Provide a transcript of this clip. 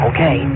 Okay